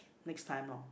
next time loh